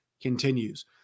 continues